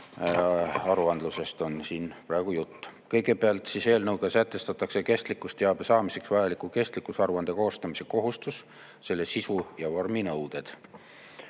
aruandlusest on siin praegu jutt. Kõigepealt siis, eelnõuga sätestatakse kestlikkusteabe saamiseks vajaliku kestlikkusaruande koostamise kohustus, selle sisu ja vorminõuded.